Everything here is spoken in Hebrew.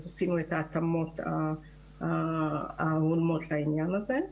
אז עשינו את ההתאמות ההולמות לעניין הזה.